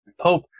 Pope